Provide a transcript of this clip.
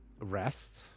rest